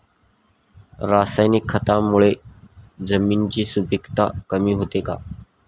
रासायनिक खतांमुळे जमिनीची सुपिकता कमी होते का?